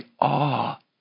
awe